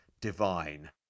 divine